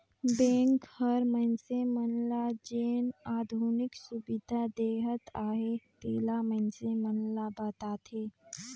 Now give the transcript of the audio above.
bank हर मइनसे मन ल जेन आधुनिक सुबिधा देहत अहे तेला मइनसे मन ल बताथे